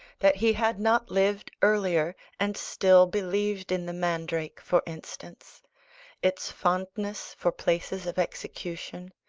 that he had not lived earlier, and still believed in the mandrake, for instance its fondness for places of execution,